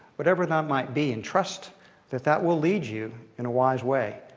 whatever that might be. and trust that that will lead you in a wise way.